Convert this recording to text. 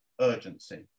urgency